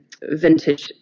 vintage